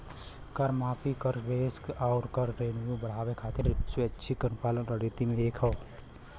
कर माफी, कर बेस आउर कर रेवेन्यू बढ़ावे खातिर स्वैच्छिक अनुपालन रणनीति में से एक हौ